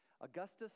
Augustus